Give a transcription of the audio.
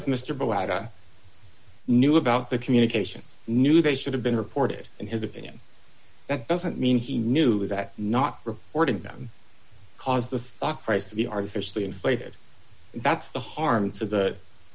outta knew about the communications knew they should have been reported in his opinion that doesn't mean he knew that not reporting them cause the stock price to be artificially inflated that's the harm to the